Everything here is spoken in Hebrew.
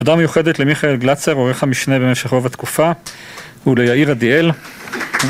‫תודה מיוחדת למיכאל גלצר, ‫עורך המשנה במשך רוב התקופה, ‫וליאיר אדיאל.